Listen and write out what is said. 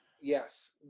Yes